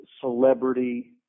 celebrity